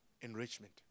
enrichment